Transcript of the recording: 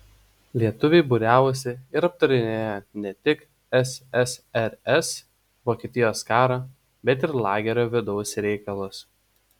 lietuviai būriavosi ir aptarinėjo ne tik ssrs vokietijos karo bet ir lagerio vidaus reikalus